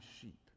sheep